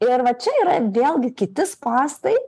ir va čia yra vėlgi kiti spąstai